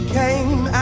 came